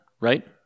right